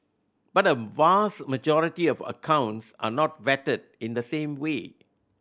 but a vast majority of accounts are not vetted in the same way